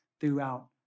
throughout